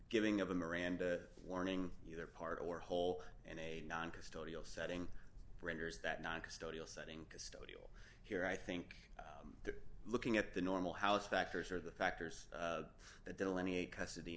giving of a miranda warning either part or whole and a non custodial setting renders that non custodial setting a still here i think looking at the normal house factors are the factors that delineate custody